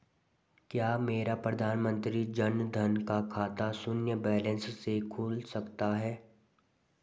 क्या मेरा प्रधानमंत्री जन धन का खाता शून्य बैलेंस से खुल सकता है?